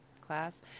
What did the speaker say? class